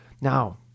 Now